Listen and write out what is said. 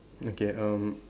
okay um